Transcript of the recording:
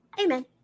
Amen